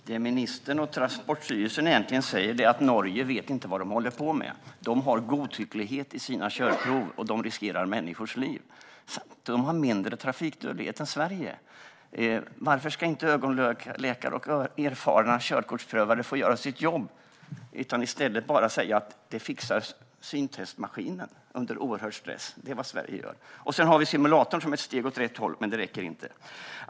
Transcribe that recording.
Herr talman! Det ministern och Transportstyrelsen egentligen säger är att i Norge vet de inte vad de håller på med, att deras körprov är godtyckliga och att de riskerar människors liv. Norge har lägre trafikdödlighet än Sverige. Varför ska inte ögonläkare och erfarna körkortsprövare få göra sitt jobb? I stället testas det i Sverige i en syntestmaskin under oerhörd stress. Sedan har vi simulatorn som ett steg åt rätt håll, men det räcker inte.